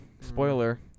Spoiler